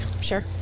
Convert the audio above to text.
Sure